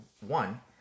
one